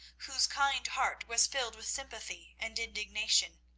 whose kind heart was filled with sympathy and indignation.